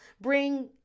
bring